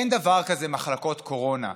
אין דבר כזה מחלקות קורונה.